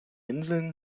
inseln